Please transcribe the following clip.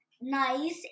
nice